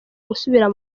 gusubira